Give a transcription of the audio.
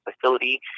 facility